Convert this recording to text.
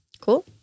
Cool